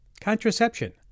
contraception